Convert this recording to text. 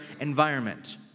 environment